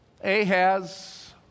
Ahaz